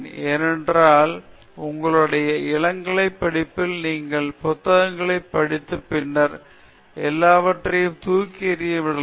ஏனென்றால் உங்களுடைய இளங்கலை படிப்பில் நீங்கள் புத்தகங்களைப் படித்து பின்னர் எல்லாவற்றையும் தூக்கி எறிந்துவிடலாம்